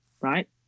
right